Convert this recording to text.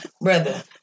Brother